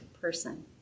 person